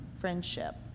friendship